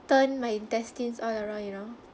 turn my intestines all around you know